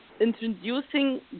introducing